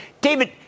David